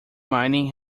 mining